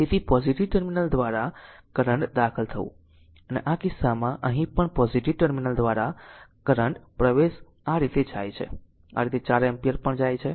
તેથી positive terminal દ્વારા current દાખલ થવું અને આ કિસ્સામાં અહીં પણ પોઝીટીવ ટર્મિનલ દ્વારા કરંટ પ્રવેશ આ રીતે જાય છે આ રીતે 4 એમ્પીયર પણ જાય છે